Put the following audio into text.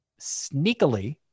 sneakily